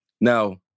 Now